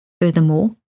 Furthermore